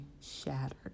shattered